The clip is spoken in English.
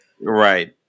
Right